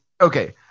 okay